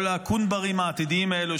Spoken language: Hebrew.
כל הקונברים העתידיים האלה,